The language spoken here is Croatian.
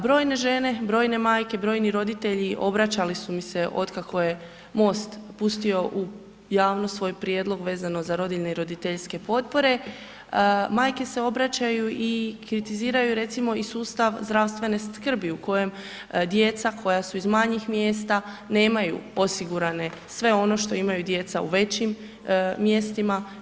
Brojne žene, brojne majke, brojni roditelji, obraćali su mi se otkako je MOST pustio u javnost svoj prijedlog vezano za rodiljne i roditeljske potpore, majke se obraćaju i kritiziraju recimo i sustav zdravstvene skrbi u kojem djeca koja su iz manjih mjesta nemaju osigurane sve ono što imaju djeca u većim mjestima.